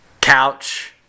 couch